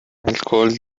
الکل